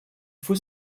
faut